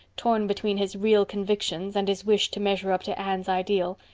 torn between his real convictions and his wish to measure up to anne's ideal,